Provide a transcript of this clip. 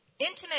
Intimate